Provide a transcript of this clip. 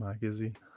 magazine